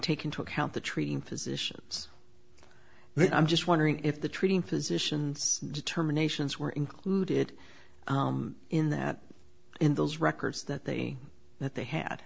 take into account the treating physicians then i'm just wondering if the treating physicians determinations were included in that in those records that they that they had